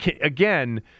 again